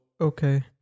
Okay